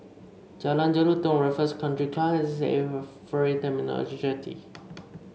Jalan Jelutong Raffles Country Club S A F Ferry Terminal Jetty